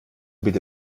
bitte